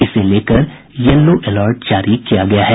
इसे लेकर yellow alert जारी किया गया है